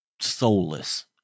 soulless